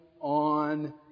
on